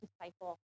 disciple